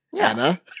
Anna